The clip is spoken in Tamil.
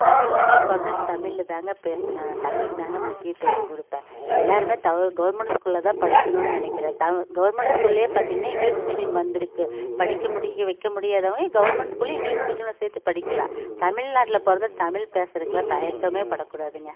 தமிழ்நாட்டில் பிறந்துட்டு தமிழில் தாங்க பேசணும் நான் தமிழுக்கு தாங்க முக்கியத்துவம் கொடுப்பேன் எல்லோருமே த கவர்மெண்ட் ஸ்கூலில் தான் படிக்கணுன்னு நினைக்கிறேன் த கவர்மெண்ட் ஸ்கூல்லேயே பார்த்திங்கன்னா இங்கிலீஷ் மீடியம் வந்துருக்குது படிக்க முடி வைக்க முடியாதவங்க கவர்மெண்ட் ஸ்கூல்லேயே இங்கிலீஷ் மீடியத்தில் சேர்த்து படிக்கலாம் தமிழ்நாட்டில் பிறந்துட்டு தமிழ் பேசுகிறக்கெல்லாம் தயக்கமே படக்கூடாதுங்க